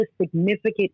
significant